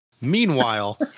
Meanwhile